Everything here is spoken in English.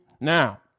now